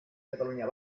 catalunya